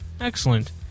Excellent